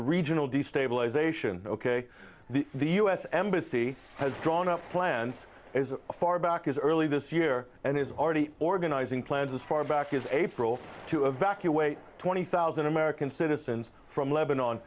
regional destabilization ok the the u s embassy has drawn up plans as far back as early this year and it's already organizing plans as far back as april to evacuate twenty thousand american citizens from lebanon